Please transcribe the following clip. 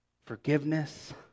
forgiveness